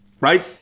Right